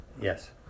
Yes